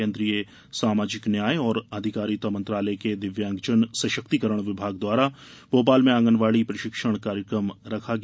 केन्द्रीय सामाजिक न्याय और अधिकारिता मंत्रालय के दिव्यांगजन सशक्तिकरण विभाग द्वारा भोपाल में आंगनवाड़ी प्रशिक्षण कार्यक्रम रखा गया